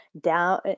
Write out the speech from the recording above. down